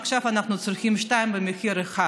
ועכשיו אנחנו צריכים שניים במחיר אחד.